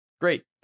Great